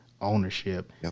ownership